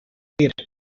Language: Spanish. tigre